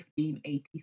1583